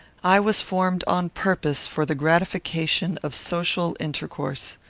i was formed on purpose for the gratification of social intercourse.